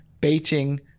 baiting